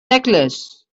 necklace